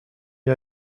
jag